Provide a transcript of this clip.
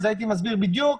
הייתי מסביר בדיוק